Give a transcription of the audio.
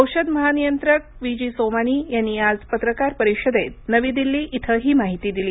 औषध महानियंत्रक V G Somani यांनी आज पत्रकार परिषदेत नवी दिल्ली इथं ही माहिती दिली